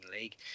League